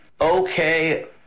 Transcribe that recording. okay